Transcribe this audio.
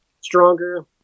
stronger